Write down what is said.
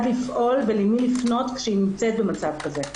לפעול ולמי לפנות כשהיא נמצאת מצב כזו.